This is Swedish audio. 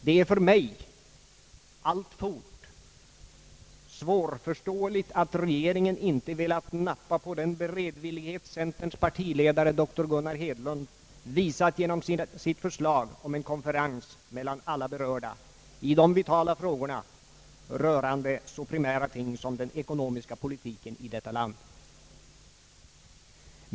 Det är för mig alltfort svårförståeligt att regeringen inte velat nappa på den beredvillighet centerns partiledare, dr Gunnar Hedlund, visat genom sitt förslag om en konferens mellan alla berörda i de vitala frågorna rörande så primära ting som den ekonomiska politiken i detta land.